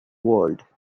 world